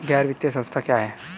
गैर वित्तीय संस्था क्या है?